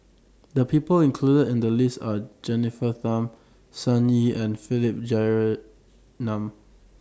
The People included in The list Are Jennifer Tham Sun Yee and Philip Jeyaretnam